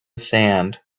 sand